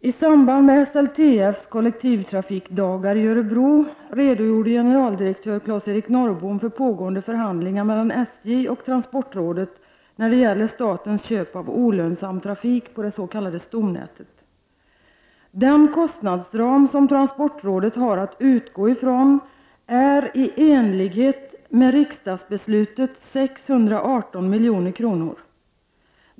”I samband med SLTFs kollektivtrafikdagar i Örebro redogjorde generaldirektör Claes-Erik Norrbom för pågående förhandlingar mellan SJ och transportrådet när det gäller statens köp av olönsam trafik på det s.k. stomnätet. Den kostnadsram som transportrådet har att utgå från är i enlighet med riksdagsbeslutet 618 miljoner kronor.